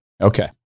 okay